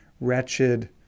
wretched